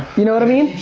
you know what i mean?